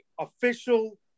official